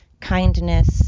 kindness